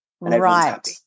Right